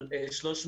על 300